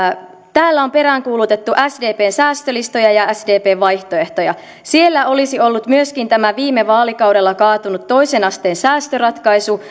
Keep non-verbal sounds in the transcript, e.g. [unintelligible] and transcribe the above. täällä on peräänkuulutettu sdpn säästölistoja ja sdpn vaihtoehtoja siellä olisi ollut myöskin tämä viime vaalikaudella kaatunut toisen asteen säästöratkaisu [unintelligible]